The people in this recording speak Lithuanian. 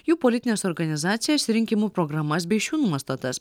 jų politines organizacijas ir rinkimų programas bei šių nuostatas